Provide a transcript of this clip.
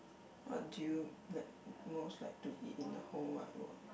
what do you like most like to eat in the whole wide world